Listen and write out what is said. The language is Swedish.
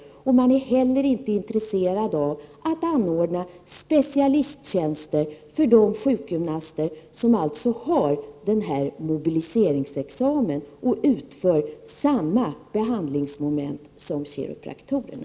Man är inte heller intresserad av att anordna specialisttjänster för de sjukgymnaster som alltså har den här mobiliseringsexamen och utför samma behandlingsmoment som kiropraktorerna.